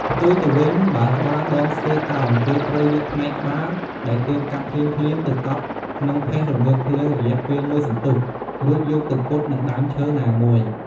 ផ្ទុយទៅវិញ បើក្បាលដងស្ទើរកោង គេត្រូវយកផ្នែកក្បាលដែលទើបកាប់ភ្លាមៗ ទៅកប់ក្នុងផេះរងើកភ្លើងរយៈពេលមួយសន្ទុះ រួចយកទៅពត់នឹងដើមឈើណាមួយ ។